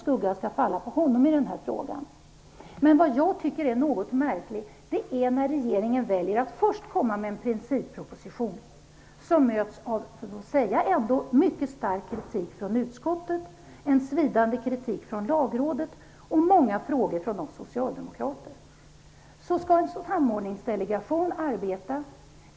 Jag har nämligen sagt detta personligen till Christer Det är något märkligt att regeringen väljer att först komma med en principproposition som möts av mycket stark kritik från utskottet, en svidande kritik från Lagrådet och många frågor från oss socialdemokrater. Sedan skall en samordningsdelegation arbeta.